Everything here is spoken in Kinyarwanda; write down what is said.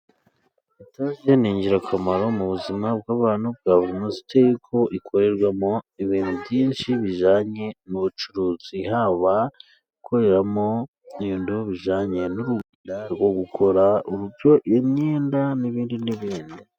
Inzu nini ni ingirakamaro mu buzima bw'abantu bwa buri munsi, kuko ikorerwamo ibintu byinshi bijyanye n'ubucuruzi. Haba ikoreramo ibintu bijyanye n'uruganda rwo gukora imyenda n'ibindi n'ibindi.